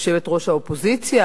יושבת-ראש האופוזיציה,